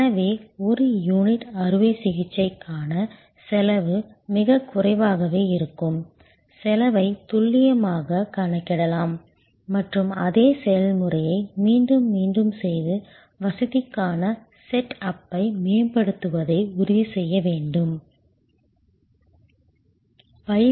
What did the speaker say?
எனவே ஒரு யூனிட் அறுவை சிகிச்சைக்கான செலவு மிகக் குறைவாகவே இருக்கும் செலவை துல்லியமாகக் கணக்கிடலாம் மற்றும் அதே செயல்முறையை மீண்டும் மீண்டும் செய்து வசதிக்கான செட் அப்பை மேம்படுத்துவதை உறுதிசெய்ய முடியும்